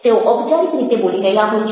તેઓ ઔપચારિક રીતે બોલી રહ્યા હોય છે